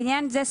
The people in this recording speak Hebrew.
לעניין זה,